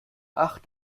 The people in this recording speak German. ach